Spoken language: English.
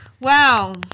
Wow